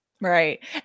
Right